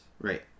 Right